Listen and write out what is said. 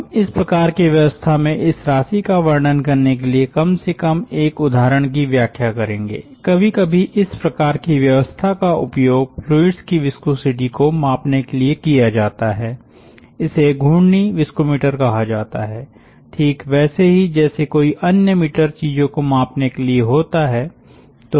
हम इस प्रकार की व्यवस्था में इस राशि का वर्णन करने के लिए कम से कम एक उदाहरण की व्याख्या करेंगे कभी कभी इस प्रकार की व्यवस्था का उपयोग फ्लुइड्स की विस्कोसिटी को मापने के लिए किया जाता है इसे घूर्णी विस्कोमीटर कहा जाता है ठीक वैसे ही जैसे कोई अन्य मीटर चीजों को मापने के लिए होता है